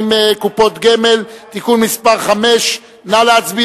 (קופות גמל) (תיקון מס' 5 והוראת שעה),